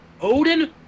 Odin